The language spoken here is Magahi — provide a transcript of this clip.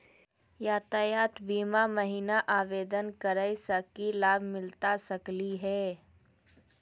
यातायात बीमा महिना आवेदन करै स की लाभ मिलता सकली हे?